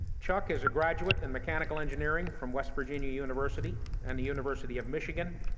chuck is a graduate in mechanical engineering from west virginia university and the university of michigan,